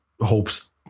hope's